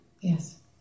Yes